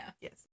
yes